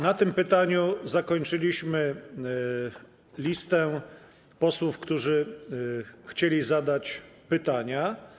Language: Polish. Na tym pytaniu wyczerpaliśmy listę posłów, którzy chcieli zadać pytania.